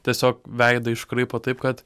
tiesiog veidą iškraipo taip kad